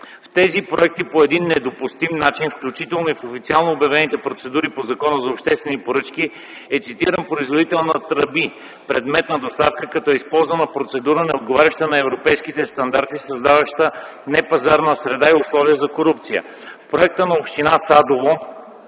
В тези проекти по недопустим начин, включително в официално обявените процедури по Закона за обществените поръчки, е цитиран производител на тръби – предмет на доставка, като е използвана процедура, неотговаряща на европейските стандарти, създаваща непазарна среда и условия за корупция. В проекта на община Садово